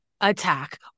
attack